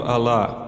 Allah